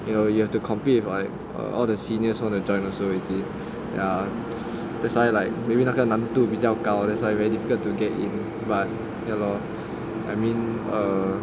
you know you have to compete with like all the seniors wanna join is it that's why like maybe 那个难度比较高 that's why very difficult to get in but ya lor I mean err